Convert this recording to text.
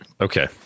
okay